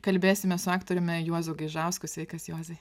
kalbėsimės su aktoriumi juozu gaižausku sveikas juozai